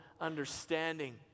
understanding